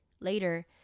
Later